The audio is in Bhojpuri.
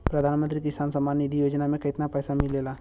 प्रधान मंत्री किसान सम्मान निधि योजना में कितना पैसा मिलेला?